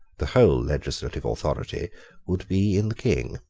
the whole legislative authority would be in the king.